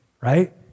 Right